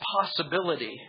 possibility